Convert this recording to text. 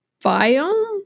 biome